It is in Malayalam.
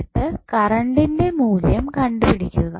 എന്നിട്ട് കറണ്ടിന്റെ മൂല്യം കണ്ടുപിടിക്കുക